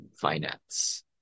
finance